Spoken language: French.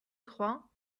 trois